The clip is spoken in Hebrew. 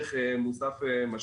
הכסף.